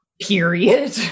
Period